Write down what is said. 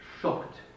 shocked